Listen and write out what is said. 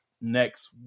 next